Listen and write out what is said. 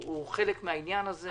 הוא חלק מהעניין הזה.